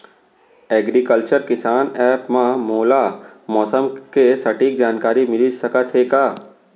Agriculture किसान app मा मोला मौसम के सटीक जानकारी मिलिस सकत हे का?